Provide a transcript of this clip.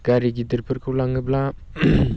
गारि गिदिरफोरखौ लाङोब्ला